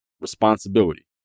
responsibility